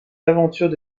aventures